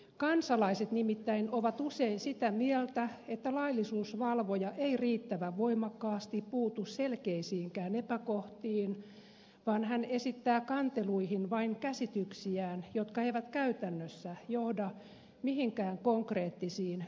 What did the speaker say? kansalaiset nimittäin ovat usein sitä mieltä että laillisuusvalvoja ei riittävän voimakkaasti puutu selkeisiinkään epäkohtiin vaan hän esittää kanteluihin vain käsityksiään jotka eivät käytännössä johda mihinkään konkreettisiin toimenpiteisiin